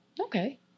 Okay